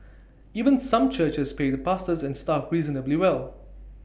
even some churches pay the pastors and staff reasonably well